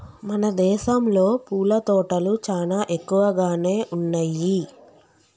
మన దేసంలో పూల తోటలు చానా ఎక్కువగానే ఉన్నయ్యి